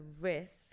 risk